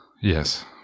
Yes